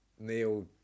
neil